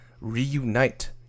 reunite